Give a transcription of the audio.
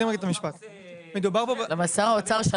משרד האוצר,